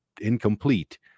incomplete